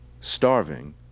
Starving